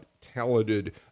talented